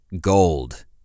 gold